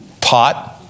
Pot